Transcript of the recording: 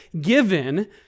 given